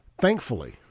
thankfully